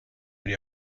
les